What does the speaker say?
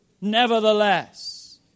nevertheless